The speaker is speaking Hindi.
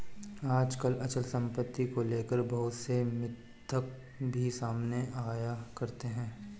आजकल अचल सम्पत्ति को लेकर बहुत से मिथक भी सामने आया करते हैं